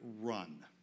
run